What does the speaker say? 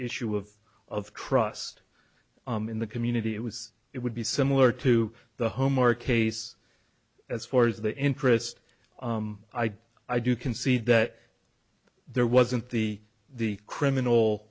issue of of trust in the community it was it would be similar to the home our case as far as the interest i do i do concede that there wasn't the the criminal